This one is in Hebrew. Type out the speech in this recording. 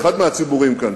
אחד מהציבורים כאן,